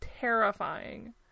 terrifying